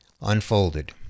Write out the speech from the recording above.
unfolded